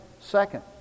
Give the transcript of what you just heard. Second